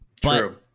True